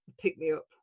pick-me-up